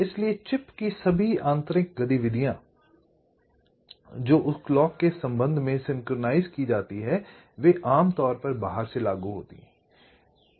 इसलिए चिप की सभी आंतरिक गतिविधियां जो उस क्लॉक के संबंध में सिंक्रनाइज़ की जाती हैं वे आमतौर पर बाहर से लागू होती हैं